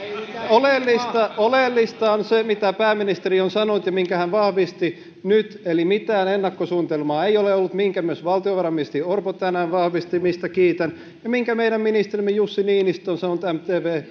oleellista oleellista on se mitä pääministeri on sanonut ja minkä hän vahvisti nyt eli mitään ennakkosuunnitelmaa ei ole ollut minkä myös valtiovarainministeri orpo tänään vahvisti mistä kiitän ja minkä meidän ministerimme jussi niinistö on sanonut mtv